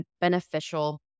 beneficial